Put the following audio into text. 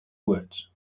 words